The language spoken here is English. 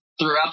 throughout